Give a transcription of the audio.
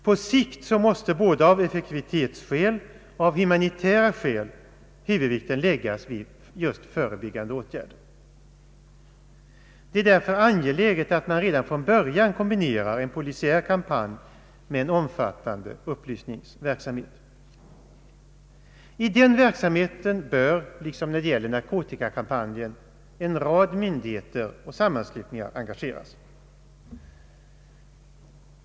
På sikt måste både av effektivitetsskäl och av humanitära skäl huvudvikten läggas vid just förebyggande åtgärder. Det är därför angeläget att man redan från början kombinerar en polisiär kampanj med en omfattande upplysningsverksamhet. I denna verksamhet bör, liksom när det gäller narkotikakampanjen, en rad myndigheter och sammanslutningar engageras.